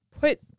put